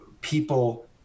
people